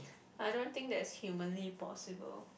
I don't think there is humanly possible